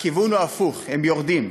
הכיוון הוא הפוך, הם יורדים.